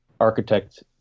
architect